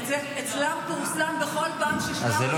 אצלם פורסם בכל פעם ששמם הוזכר.